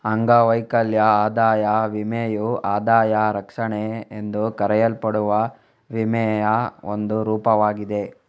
ಅಂಗವೈಕಲ್ಯ ಆದಾಯ ವಿಮೆಯು ಆದಾಯ ರಕ್ಷಣೆ ಎಂದು ಕರೆಯಲ್ಪಡುವ ವಿಮೆಯ ಒಂದು ರೂಪವಾಗಿದೆ